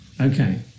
Okay